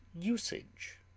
usage